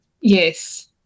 yes